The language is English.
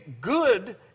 good